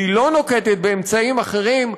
והיא לא נוקטת אמצעים אחרים,